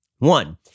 One